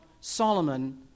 Solomon